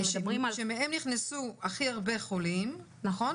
שמהם נכנסו הכי הרבה חולים, נכון?